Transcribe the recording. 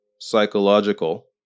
psychological